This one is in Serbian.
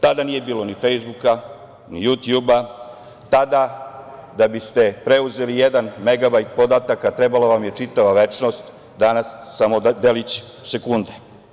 Tada nije bilo ni „Fejsbuka“, ni „Jutjuba“, tada da biste preuzeli jedan megabajt podataka trebala vam je čitava večnost, danas samo delić sekunde.